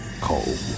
cold